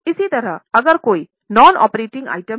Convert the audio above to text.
इसी तरह अगर कोई नॉन ऑपरेटिंग आइटम हैं